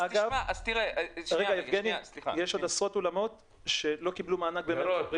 יש עוד עשרות אולמות שלא קיבלו מענק במהלך אפריל.